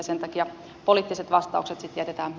sen takia poliittiset vastaukset sitten että